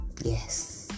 yes